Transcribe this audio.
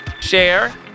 Share